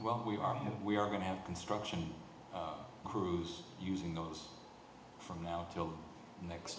well we are we are going to have construction crews using those from now till next